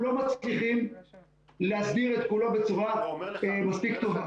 הוא שטח שאנחנו לא מצליחים להסדיר את כולו בצורה מספיק טובה.